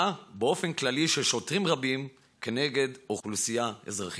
באופן כללי של שוטרים רבים כנגד אוכלוסייה אזרחית.